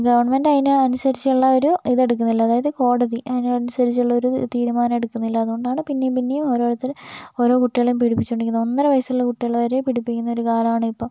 government അതിന് അനുസരിച്ചുള്ള ഒരു ഇതെടുക്കുന്നില്ല അതായത് കോടതി അതിനനുസരിച്ചുള്ള ഒരു തീരുമാനം എടുക്കുന്നില്ല അതുകൊണ്ടാണ് പിന്നെയും പിന്നെയും ഓരോരുത്തർ ഓരോ കുട്ടികളേയും പീഡിപ്പിച്ചോണ്ടിരിക്കുന്നത് ഒന്നര വയസ്സുള്ള കുട്ടികളെ വരെ പീഡിപ്പിക്കുന്ന ഒരു കാലമാണിപ്പോൾ